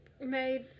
made